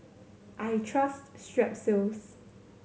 I trust Strepsils